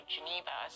Geneva